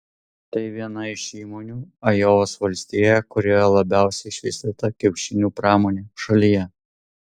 tai viena iš įmonių ajovos valstijoje kurioje labiausiai išvystyta kiaušinių pramonė šalyje